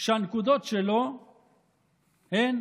שהנקודות שלו הן